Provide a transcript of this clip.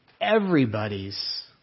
everybody's